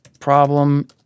problem